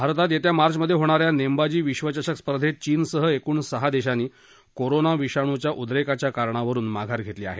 भारतात येत्या मार्चमध्ये होणाऱ्या नेमबाजी विश्वचषक स्पर्धेत चीनसह एकूण सहा देशांनी कोरोना विषाणूच्या उद्रेकाच्या कारणावरुन माघार घेतली आहे